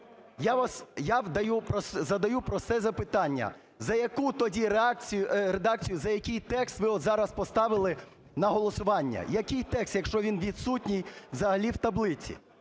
Я задаю просте запитання: за яку тоді редакцію, за який текст ви зараз поставили на голосування? Який текст, якщо він відсутній взагалі в таблиці?